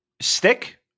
stick